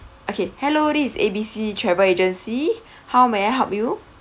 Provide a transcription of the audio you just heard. okay hello this is A_B_C travel agency how may I help you